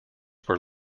were